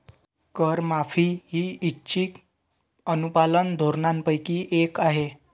करमाफी ही ऐच्छिक अनुपालन धोरणांपैकी एक आहे